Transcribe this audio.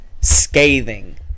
scathing